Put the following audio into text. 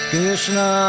Krishna